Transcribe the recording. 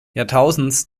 jahrtausends